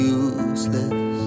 useless